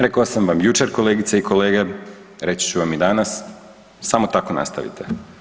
Rekao sam vam jučer kolegice i kolege, reći ću vam i danas, samo tako nastavite.